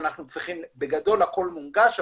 בגדול הכול מונגש,